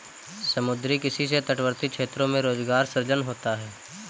समुद्री किसी से तटवर्ती क्षेत्रों में रोजगार सृजन होता है